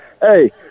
Hey